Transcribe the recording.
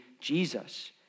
Jesus